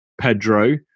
Pedro